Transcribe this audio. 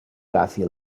agafi